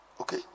okay